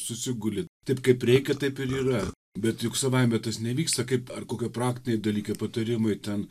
susiguli taip kaip reikia taip ir yra bet juk savaime tas nevyksta kaip ar kokie praktiniai dalykai patarimai ten